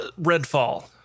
Redfall